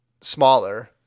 smaller